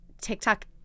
TikTok –